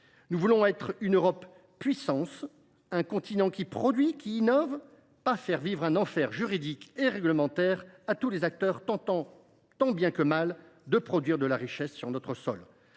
Nous voulons être une Europe puissance, un continent qui produit et qui innove, et non imposer un enfer juridique et réglementaire à tous les acteurs qui tentent tant bien que mal de produire de la richesse sur notre sol.